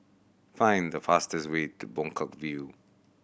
find the fastest way to Buangkok View